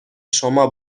شما